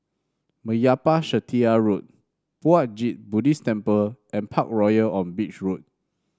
Meyappa Chettiar Road Puat Jit Buddhist Temple and Parkroyal on Beach Road